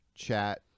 chat